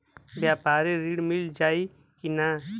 व्यापारी ऋण मिल जाई कि ना?